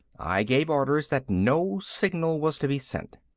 i gave orders that no signal was to be sent.